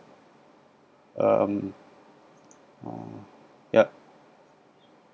um yup